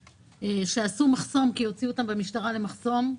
שעשו מחסום כי הוציאו אותם במשטרה למחסום,